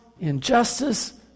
injustice